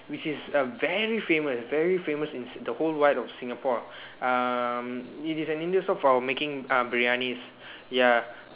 which is a very famous very famous in s~ the whole wide of Singapore um it is an Indian stall for making uh biryanis ya